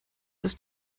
das